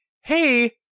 hey